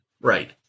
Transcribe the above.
Right